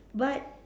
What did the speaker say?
but